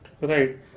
Right